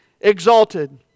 exalted